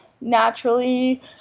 naturally –